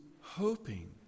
hoping